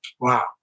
Wow